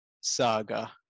saga